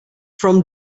from